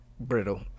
Brittle